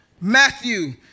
Matthew